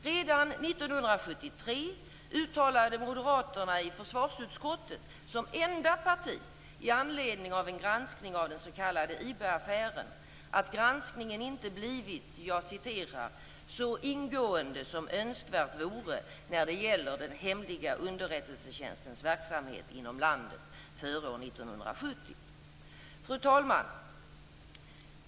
Redan 1973 uttalade moderaterna i försvarsutskottet som enda parti i anledning av en granskning av den s.k. IB-affären att granskningen inte blivit "så ingående som önskvärt vore när det gäller den hemliga underrättelsetjänstens verksamhet inom landet före år Fru talman!